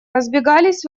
разбегались